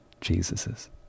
Jesus's